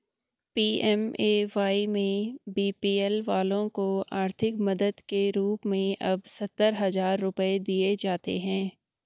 PMAY में BPL वालों को आर्थिक मदद के रूप में अब सत्तर हजार रुपये दिए जाते हैं